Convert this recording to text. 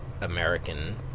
American